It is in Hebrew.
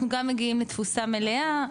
אנחנו גם מגיעים לתפוסה מלאה,